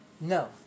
no